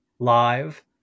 Live